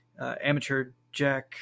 AmateurJack